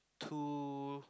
two